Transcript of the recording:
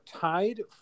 tied